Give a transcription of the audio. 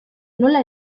nola